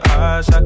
eyes